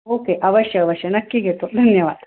okay अवश्य अवश्य नक्की घेतो धन्यवाद